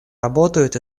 работают